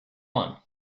one